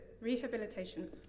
rehabilitation